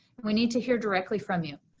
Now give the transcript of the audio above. we need to hear directly from you.